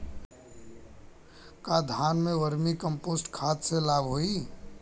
का धान में वर्मी कंपोस्ट खाद से लाभ होई?